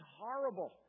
horrible